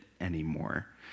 anymore